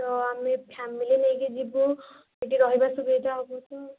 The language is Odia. ତ ଆମେ ଫ୍ୟାମିଲି ନେଇକି ଯିବୁ ସେଠି ରହିବା ସୁବିଧା ହେବ ତ